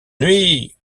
nuit